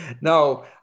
No